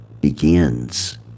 begins